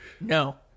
no